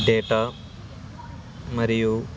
data మరియు